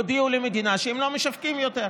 הודיעו למדינה שהם לא משווקים יותר,